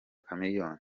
chameleone